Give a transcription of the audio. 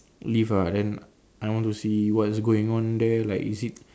live ah then I want to see what's going on there like is it